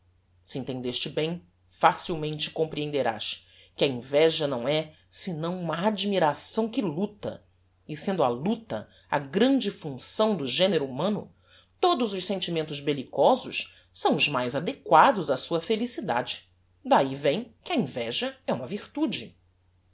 si entendeste bem facilmente comprehenderás que a inveja não é senão uma admiração que luta e sendo a luta a grande funcção do genero humano todos os sentimentos bellicosos são os mais adequados á sua felicidade dahi vem que a inveja é uma virtude